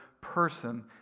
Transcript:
person